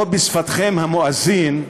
או בשפתכם: המואזין,